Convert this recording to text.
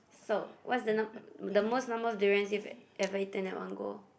so what's the number the most number of durians you've ever eaten at one go